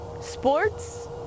sports